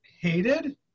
Hated